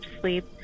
sleep